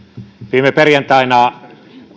viime perjantaina